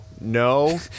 No